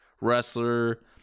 wrestler